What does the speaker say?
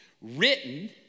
Written